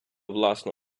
власну